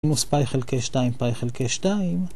מינוס פאי חלקי 2 פאי חלקי 2.